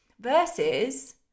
versus